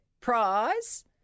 prize